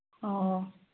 ꯑꯣ ꯑꯣ